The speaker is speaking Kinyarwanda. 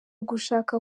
gushaka